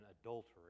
adultery